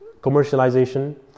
commercialization